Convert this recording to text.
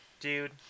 Dude